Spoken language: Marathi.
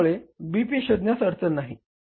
P शोधण्यास अडचण येणार नाही